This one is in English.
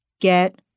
Get